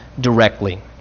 directly